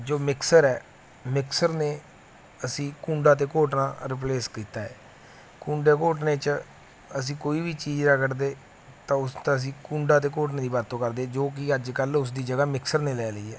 ਜੋ ਮਿਕਸਰ ਹੈ ਮਿਕਸਰ ਨੇ ਅਸੀਂ ਕੂੰਡਾ ਅਤੇ ਘੋਟਣਾ ਰਿਪਲੇਸ ਕੀਤਾ ਹੈ ਕੂੰਡੇ ਘੋਟਣੇ 'ਚ ਅਸੀਂ ਕੋਈ ਵੀ ਚੀਜ਼ ਰਗੜਦੇ ਤਾਂ ਉਸ ਦਾ ਅਸੀ ਕੂੰਡੇ ਅਤੇ ਘੋਟਣੇ ਦੀ ਵਰਤੋਂ ਕਰਦੇ ਜੋ ਕਿ ਅੱਜ ਕੱਲ੍ਹ ਦੀ ਜਗ੍ਹਾ ਮਿਕਸਰ ਨੇ ਲੈ ਲਈ ਹੈ